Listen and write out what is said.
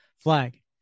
Flag